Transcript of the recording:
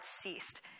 ceased